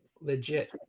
Legit